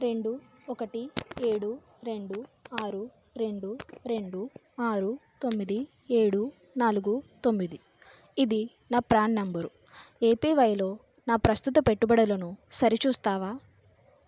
రెండు ఒకటి ఏడు రెండు ఆరు రెండు రెండు ఆరు తొమ్మిది ఏడు నాలుగు తొమ్మిది ఇది నా ప్రాన్ నంబరు ఏపీవైలో నా ప్రస్తుత పెట్టుబడులను సరి చూస్తావా